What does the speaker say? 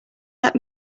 let